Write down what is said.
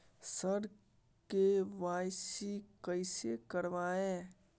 sir KYC कैसे करवाएं